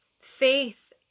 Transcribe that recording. faith